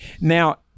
Now